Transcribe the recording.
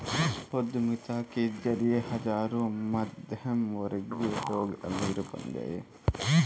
उद्यमिता के जरिए हजारों मध्यमवर्गीय लोग अमीर बन गए